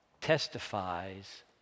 testifies